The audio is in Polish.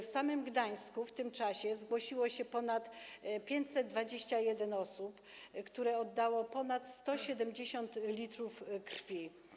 W samym Gdańsku w tym czasie zgłosiło się ponad 521 osób, które oddały ponad 170 l krwi.